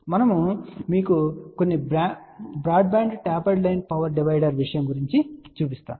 మనము మీకు కొన్ని broadband tapered line power divider విషయం కూడా చూపించగలము